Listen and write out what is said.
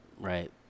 right